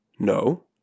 No